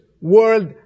world